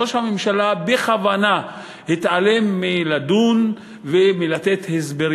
ראש הממשלה בכוונה התעלם מהצורך לדון ולתת הסברים.